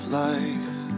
life